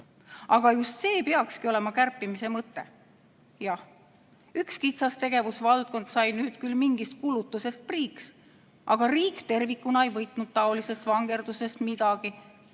Aga just see peaks olema kärpimise mõte. Jah, üks kitsas tegevusvaldkond sai nüüd küll mingist kulutusest priiks, aga riik tervikuna ei võitnud taolisest vangerdusest midagi,